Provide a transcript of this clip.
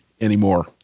anymore